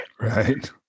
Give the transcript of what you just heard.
Right